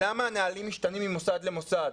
למה הנהלים משתנים ממוסד למוסד?